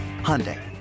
Hyundai